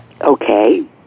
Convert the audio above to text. Okay